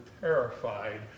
terrified